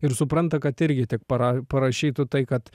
ir supranta kad irgi tik para parašytų tai kad